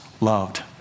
loved